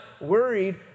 worried